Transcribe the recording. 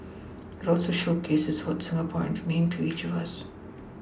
it also showcases what Singapore means to each of us